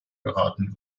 geraten